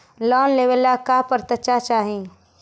Loan लेवेला का पात्रता चाही?